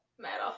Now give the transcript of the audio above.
metal